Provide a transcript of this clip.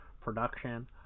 production